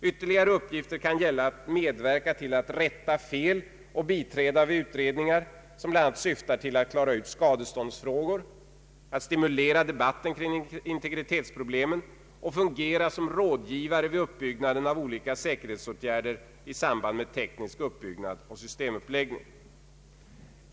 Ytterligare uppgifter kan gälla att medverka till att rätta fel och biträda vid utredningar, som bl.a. syftar till att klara ut skadeståndsfrågor, att stimulera debatten kring integritetsproblemen och fungera som rådgivare vid uppbyggnaden av olika säkerhetsåtgärder i samband med teknisk uppbyggnad och systemuppläggning.